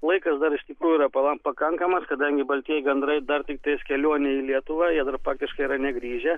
laikas dar iš tikrųjų yra pala pakankamas kadangi baltieji gandrai dar tik kelionėj į lietuvą jie dar praktiškai yra negrįžę